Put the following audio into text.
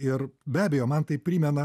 ir be abejo man tai primena